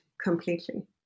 completely